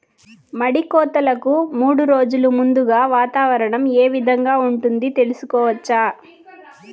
మడి కోతలకు మూడు రోజులు ముందుగా వాతావరణం ఏ విధంగా ఉంటుంది, తెలుసుకోవచ్చా?